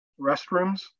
restrooms